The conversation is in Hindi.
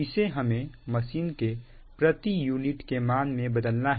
इसे हमें मशीन के प्रति यूनिट के मान में बदलना है